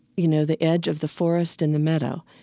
you know, the edge of the forest and the meadow.